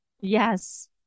Yes